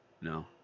no